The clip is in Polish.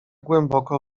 głęboko